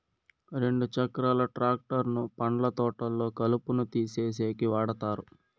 రెండు చక్రాల ట్రాక్టర్ ను పండ్ల తోటల్లో కలుపును తీసేసేకి వాడతారు